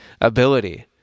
ability